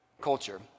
culture